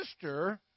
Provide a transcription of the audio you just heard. sister